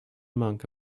monk